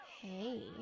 Hey